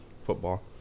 football